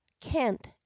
Kent